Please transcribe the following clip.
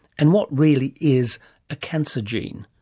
and what really is a cancer gene?